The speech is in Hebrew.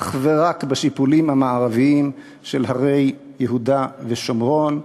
אך ורק בשיפולים המערביים של הרי יהודה ושומרון,